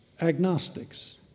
agnostics